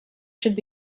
should